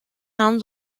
herrn